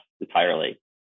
entirely